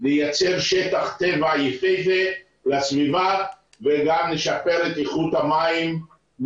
נייצר שטח טבע יפהפה לסביבה וגם נשפר את איכות המים,